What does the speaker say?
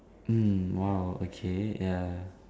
mm !wow! okay ya